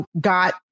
got